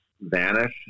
vanish